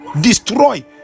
destroy